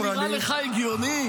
זה נראה לך הגיוני?